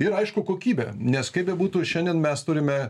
ir aišku kokybė nes kaip bebūtų šiandien mes turime